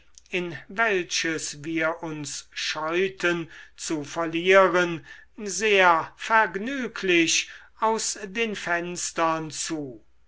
in welches wir uns scheuten zu verlieren sehr vergnüglich aus den fenstern zu